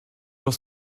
dans